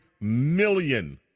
million